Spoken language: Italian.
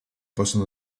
possono